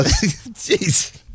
jeez